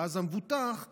ואז המבוטח יצטרך,